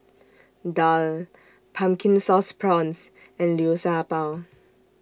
Daal Pumpkin Sauce Prawns and Liu Sha Bao